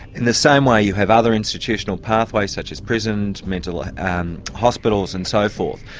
and the same way you have other institutional pathways such as prison, mental ah and hospitals and so forth,